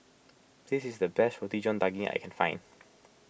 this is the best Roti John Daging I can find